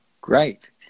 great